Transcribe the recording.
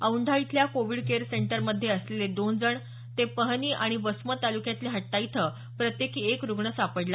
औंढा इथल्या covid care सेंटरमध्ये असलेले दोन जण ते पहनी आणि वसमत तालुक्यातल्या हट्टा इथं प्रत्येकी एक रुग्ण सापडला